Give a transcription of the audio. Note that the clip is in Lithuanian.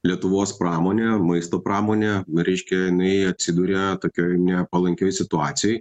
lietuvos pramonė maisto pramonė nu reiškia jinai atsidūrė tokioj nepalankioj situacijoj